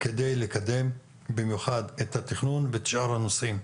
על מנת לקדם במיוחד את התכנון ואת שאר הנושאים.